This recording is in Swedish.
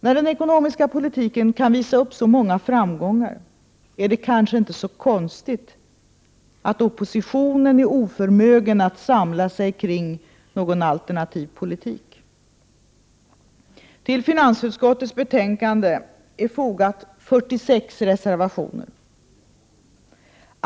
När den ekonomiska politiken kan visa upp så många framgångar är det kanske inte så konstigt att oppositionen är oförmögen att samla sig kring någon alternativ politik. Till finansutskottets betänkande har fogats 46 reservationer.